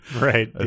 Right